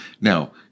Now